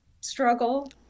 struggle